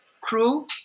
crew